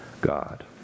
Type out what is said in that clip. God